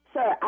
Sir